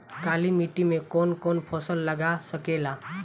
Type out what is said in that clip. काली मिट्टी मे कौन कौन फसल लाग सकेला?